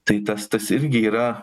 tai tas tas irgi yra